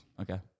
Okay